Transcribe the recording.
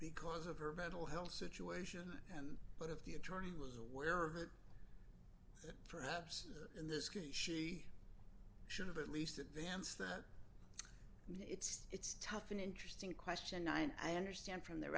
because of her mental health situation and but if the attorney was aware of it perhaps in this case she should have at least advance that it's tough an interesting question and i understand from the